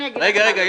נגיע לזה.